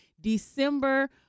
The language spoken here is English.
December